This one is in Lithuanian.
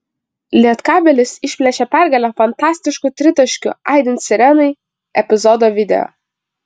lietkabelis išplėšė pergalę fantastišku tritaškiu aidint sirenai epizodo video